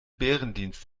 bärendienst